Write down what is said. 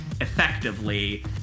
effectively